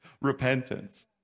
repentance